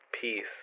peace